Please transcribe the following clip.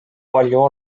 palju